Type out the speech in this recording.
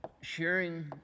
sharing